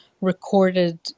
recorded